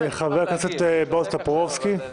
חבר הכנסת בועז טופורובסקי.